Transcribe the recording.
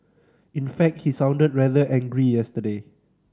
in fact he sounded rather angry yesterday